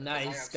Nice